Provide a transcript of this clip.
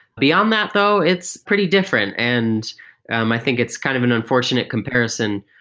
beyond that though, it's pretty different, and um i think it's kind of an unfortunate comparison.